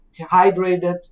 hydrated